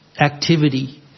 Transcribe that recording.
activity